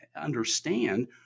understand